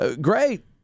great